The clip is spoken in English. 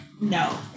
no